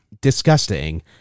disgusting